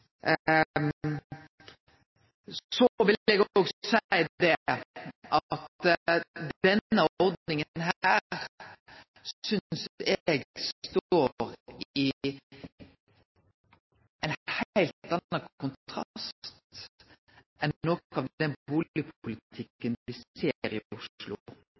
Så vil eg òg seie at denne ordninga synest eg står på ein heilt annan måte i kontrast til noko av den bustadpolitikken vi ser i Oslo.